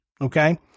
okay